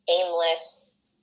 aimless